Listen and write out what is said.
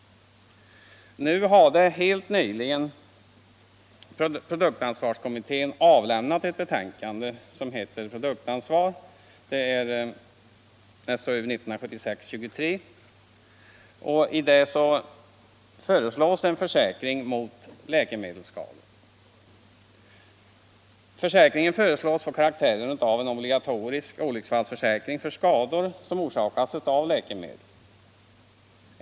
Nu har också nyligen produktansvarskommittén avlämnat ett betänkande, Produktansvar , i vilket en försäkring mot läkemedelsskador föreslås. Försäkringen föreslås få karaktären av en obligatorisk olycksfallsförsäkring för skador som orsakas av läkemedel.